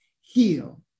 heal